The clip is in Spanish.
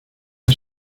has